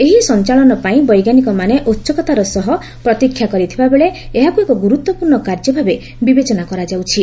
ଏହି ସଞ୍ଚାଳନ ପାଇଁ ବୈଜ୍ଞାନିକମାନେ ଉତ୍ସୁକତା ସହ ପ୍ରତୀକ୍ଷା କରିଥିବାବେଳେ ଏହାକୁ ଏକ ଗୁରୁତ୍ୱପୂର୍ଣ୍ଣ କାର୍ଯ୍ୟ ଭାବେ ବିବେଚନା କରାଯାଉଛି